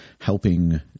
helping